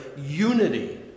unity